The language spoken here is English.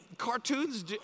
Cartoons